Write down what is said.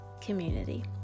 community